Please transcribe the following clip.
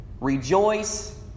Rejoice